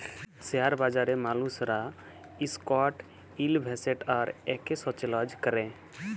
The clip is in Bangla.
শেয়ার বাজারে মালুসরা ইসটক ইলভেসেট আর একেসচেলজ ক্যরে